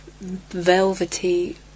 velvety